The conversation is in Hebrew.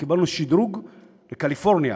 וקיבלנו שדרוג ל"קליפורניה",